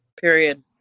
Period